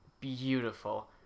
beautiful